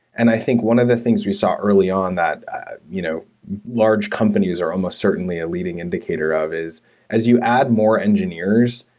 and i think one of the things we saw early on that you know large companies are almost certainly a leading indicator of is as you add more engineers,